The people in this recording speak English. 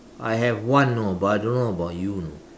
I have one you know but I don't know about you you know